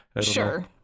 Sure